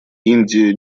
индия